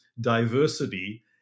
diversity